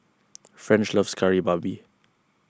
French loves Kari Babi